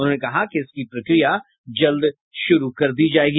उन्होंने कहा कि इसकी प्रक्रिया जल्द ही शुरू की जायेगी